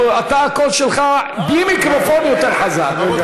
אתה, הקול שלך בלי מיקרופון יותר חזק.